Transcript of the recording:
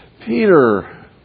Peter